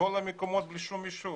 ובכל המקומות בלי שום אישור.